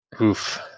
oof